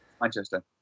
Manchester